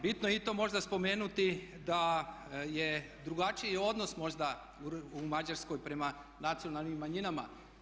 Bitno je i to možda spomenuti da je drugačiji odnos možda u Mađarskoj prema nacionalnim manjinama.